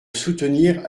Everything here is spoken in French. soutenir